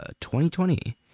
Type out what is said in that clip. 2020